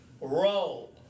roll